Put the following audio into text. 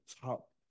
top